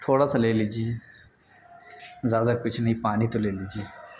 تھوڑا سا لے لیجیے زیادہ کچھ نہیں پانی تو لے لیجیے